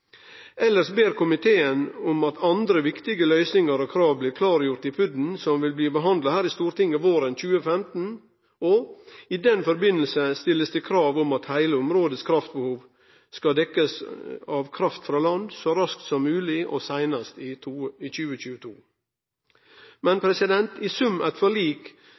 ber komiteen om at andre viktige løysingar og krav blir klargjorde i PUD-en som vil bli behandla her i Stortinget våren 2015. I den samanheng blir det stilt krav om at heile områdets kraftbehov skal dekkjast av kraft frå land så raskt som mogleg og seinast i 2022. Men i sum eit forlik